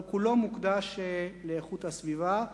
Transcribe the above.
אבל כולו מוקדש לאיכות הסביבה.